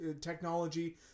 technology